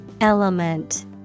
Element